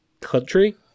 country